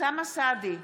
אוסאמה סעדי,